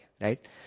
right